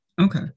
Okay